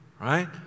Right